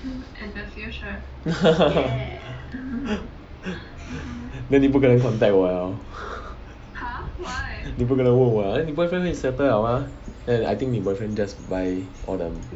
then 你不可能 contact 我了 你不可能问我了你 boyfriend 会 settle liao mah then I think 你 boyfriend just buy all the